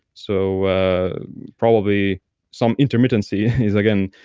so probably some intermittency is again,